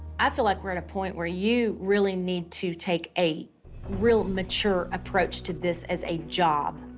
i feel like we're at a point where you really need to take a real mature approach to this as a job.